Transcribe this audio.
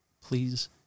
Please